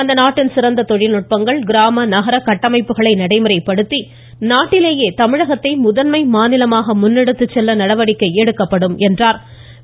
அந்நாட்டின் சிறந்த தொழில்நுட்பங்கள் கிராம நகர கட்டமைப்புகளை நடைமுறைப்படுத்தி நாட்டிலேயே தமிழகத்தை முதன்மை மாநிலமாக முன்னெடுத்துச்செல்ல நடவடிக்கை எடுக்கப்படும் என்றாா்